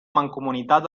mancomunitat